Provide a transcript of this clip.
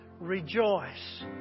Rejoice